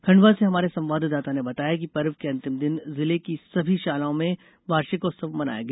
खंडवा से हमारे संवाददाता ने बताया है कि पर्व के अंतिम दिन जिले की सभी शालाओं में वार्षिकोत्सव मनाया गया